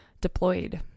deployed